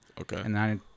Okay